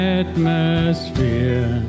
atmosphere